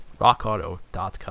RockAuto.com